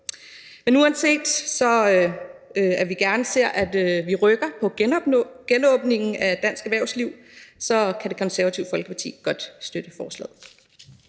Men uanset at vi gerne ser, at vi rykker på genåbningen af dansk erhvervsliv, kan Det Konservative Folkeparti godt støtte forslaget.